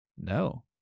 No